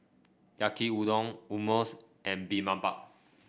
Yaki Udon Hummus and Bibimbap